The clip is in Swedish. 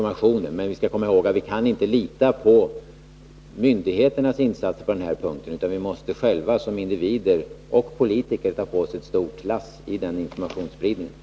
| å Så i EE :: blockad mot före Men vi skall komma ihåg att vi inte kan lita på myndigheternas insatser på | ta; den här punkten, utan vi måste själva som individer och politiker ta på oss ett å stort lass i den informationsspridningen.